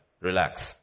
Relax